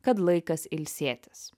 kad laikas ilsėtis